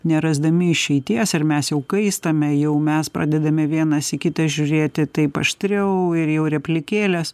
nerasdami išeities ar mes jau kaistame jau mes pradedame vienas į kitą žiūrėti taip aštriau ir jau replikėlės